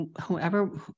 whoever